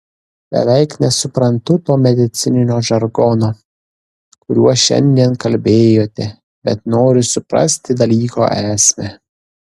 beveik nesuprantu to medicininio žargono kuriuo šiandien kalbėjote bet noriu suprasti dalyko esmę